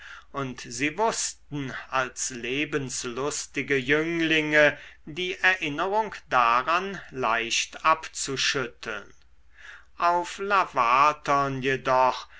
und sie wußten als lebenslustige jünglinge die erinnerung daran leicht abzuschütteln auf lavatern jedoch